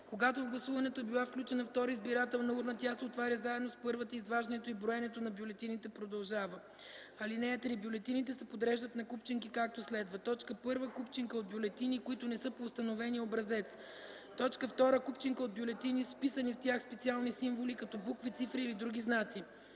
Когато в гласуването е била включена втора избирателна урна, тя се отваря заедно с първата урна и изваждането и броенето на бюлетините продължава. (3) Бюлетините се подреждат на купчинки, както следва: 1. купчинка от бюлетини, които не са по установения образец; 2. купчинка от бюлетини с вписани в тях специални символи като букви, цифри или други знаци;